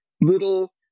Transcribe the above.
little